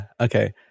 okay